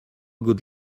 good